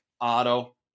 Auto